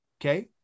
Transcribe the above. okay